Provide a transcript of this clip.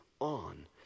on